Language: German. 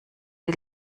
die